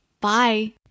Bye